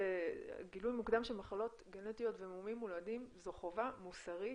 גילוי מוקדם של מחלות גנטיות ומומים מולדים זו חובה מוסרית,